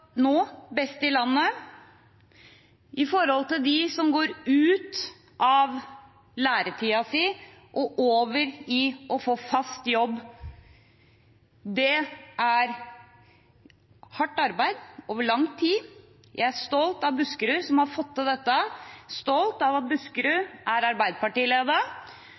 nå også best i landet når det gjelder dem som går ut av læretiden sin og over i fast jobb. Det er hardt arbeid over lang tid. Jeg er stolt av Buskerud som har fått til dette, stolt av at Buskerud er